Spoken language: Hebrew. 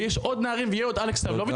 ויש עוד נערים ויהיה עוד אלכס סבלוביץ'